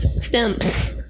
stumps